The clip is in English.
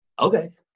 okay